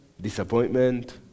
disappointment